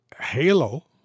Halo